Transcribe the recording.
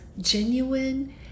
genuine